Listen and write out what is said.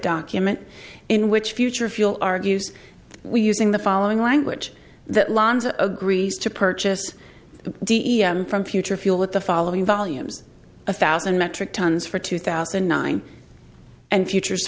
document in which future fuel argues we're using the following language that lands a greece to purchase a d m from future fuel with the following volumes a thousand metric tons for two thousand and nine and futures